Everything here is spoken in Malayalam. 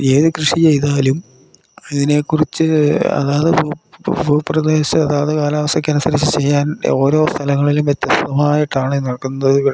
ഏത് കൃഷി ചെയ്താലും അതിനെക്കുറിച്ച് അതാത് ഭൂപ്രദേശ അതാത് കാലാവസ്ഥയ്ക്കനുസരിച്ച് ചെയ്യാൻ ഓരോ സ്ഥലങ്ങളിലും വ്യത്യസ്ഥമായിട്ടാണ് നിൽക്കുന്നത്